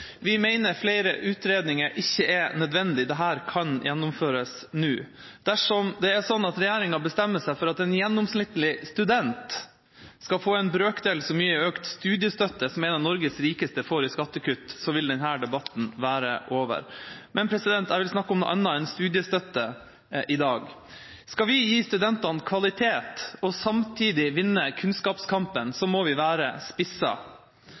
Vi mener at flere utredninger ikke er nødvendig – dette kan gjennomføres nå. Dersom det er sånn at regjeringa bestemmer seg for at en gjennomsnittlig student skal få en brøkdel så mye økt studiestøtte som en av Norges rikeste får i skattekutt, vil denne debatten være over. Men jeg vil snakke om noe annet enn studiestøtte i dag. Skal vi gi studentene kvalitet og samtidig vinne kunnskapskampen, må vi være